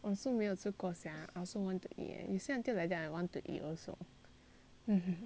我也是没有吃过 sia I also want to eat eh you say until like that I want to eat also